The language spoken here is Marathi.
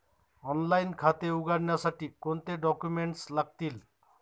ऑनलाइन खाते उघडण्यासाठी कोणते डॉक्युमेंट्स लागतील?